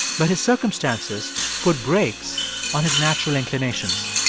but his circumstances put brakes on his natural inclinations.